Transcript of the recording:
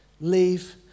Leave